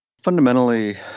Fundamentally